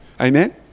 Amen